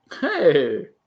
Hey